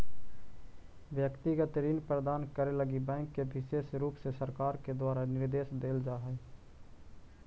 व्यक्तिगत ऋण प्रदान करे लगी बैंक के विशेष रुप से सरकार के द्वारा निर्देश देल जा हई